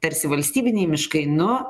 tarsi valstybiniai miškai nu